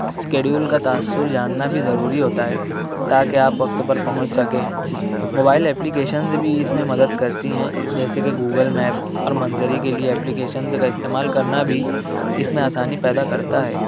schedule کا تاثر جاننا بھی ضروری ہوتا ہے تاکہ آپ وقت پر پہنچ سکیں موبائل ایپلیکیشنز بھی اس میں مدد کرتی ہیں جیسے کہ گوگل میپ اور منظوی کے لیے ایپلیکیشنز کا استعمال کرنا بھی اس میں آسانی پیدا کرتا ہے